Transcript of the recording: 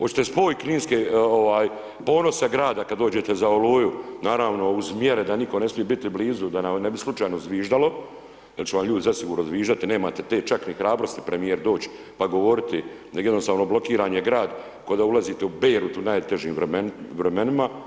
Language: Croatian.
Oćete spoj kninske, ovaj ponosa grada kad dođete za Oluju, naravno uz mjere da nitko ne smi biti blizu, da vam ne bi slučajno zviždalo, jer će vam ljudi zasigurno zviždati, nemate te čak ni hrabrosti premijer doć' pa govoriti, nego jednostavno blokiran je grad ko da ulazite u Beirut u najtežim vremenima.